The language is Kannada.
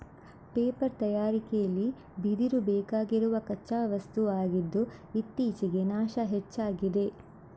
ಪೇಪರ್ ತಯಾರಿಕೆಲಿ ಬಿದಿರು ಬೇಕಾಗಿರುವ ಕಚ್ಚಾ ವಸ್ತು ಆಗಿದ್ದು ಇತ್ತೀಚೆಗೆ ನಾಶ ಹೆಚ್ಚಾಗಿದೆ